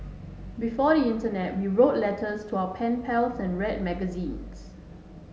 before the internet we wrote letters to our pen pals and read magazines